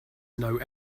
know